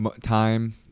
time